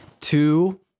two